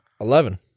Eleven